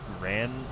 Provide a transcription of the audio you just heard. ran